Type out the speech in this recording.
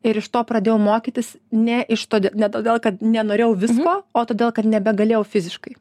ir iš to pradėjau mokytis ne iš todė ne todėl kad nenorėjau visko o todėl kad nebegalėjau fiziškai